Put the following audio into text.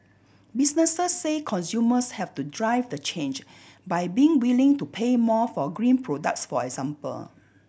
businesses say consumers have to drive the change by being willing to pay more for green products for example